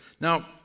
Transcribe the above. Now